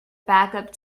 backup